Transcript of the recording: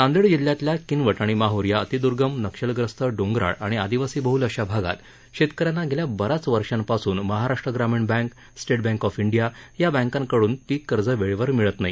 नांदेड जिल्ह्यातल्या किनवट आणि माहूर या अतिर्द्गम नक्षलग्रस्त डोंगराळ आणि आदिवासी बहुल अशा भागात शेतकऱ्यांना गेल्या बऱ्याच वर्षांपासून Maharashtra Gramin bank state bank of India या बँकेकडून पीककर्ज वेळेवर मिळत नाही